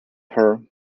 her